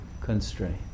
constrain